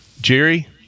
Jerry